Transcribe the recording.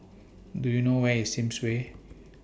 Do YOU know Where IS Sims Way